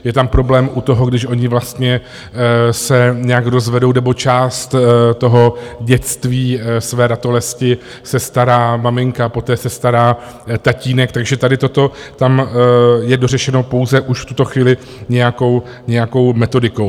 Je tam problém v tom, když oni vlastně se nějak rozvedou nebo část toho dětství své ratolesti se stará maminka, poté se stará tatínek, takže tady toto tam je dořešeno pouze už v tuto chvíli nějakou metodikou.